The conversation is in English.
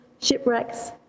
shipwrecks